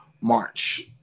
march